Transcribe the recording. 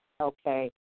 Okay